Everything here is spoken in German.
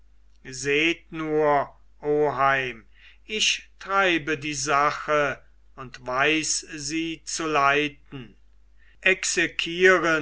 seht nur oheim ich treibe die sache und weiß sie zu leiten exequieren